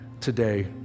today